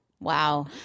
Wow